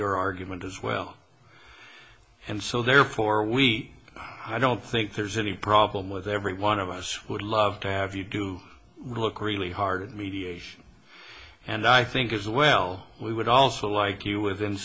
your argument as well and so therefore we i don't think there's any problem with every one of us would love to have you do look really hard at mediation and i think as well we would also like you within